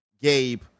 Gabe